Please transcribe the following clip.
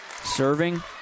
Serving